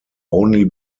only